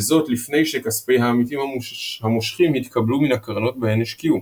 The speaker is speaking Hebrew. וזאת לפני שכספי העמיתים המושכים התקבלו מן הקרנות בהן השקיעו.